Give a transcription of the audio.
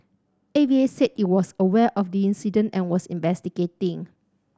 A V A said it was aware of the incident and was investigating